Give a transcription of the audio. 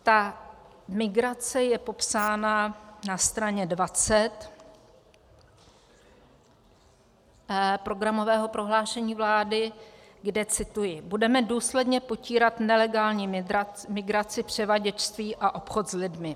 Ta migrace je popsána na straně 20 programového prohlášení vlády, kde cituji: Budeme důsledně potírat nelegální migraci, převaděčství a obchod s lidmi.